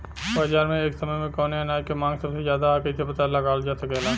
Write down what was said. बाजार में एक समय कवने अनाज क मांग सबसे ज्यादा ह कइसे पता लगावल जा सकेला?